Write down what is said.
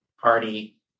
party